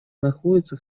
находятся